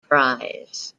prize